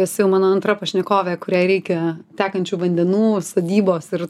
esi jau mano antra pašnekovė kuriai reikia tekančių vandenų sodybos ir